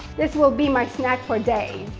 this will be my snack for days.